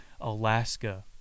Alaska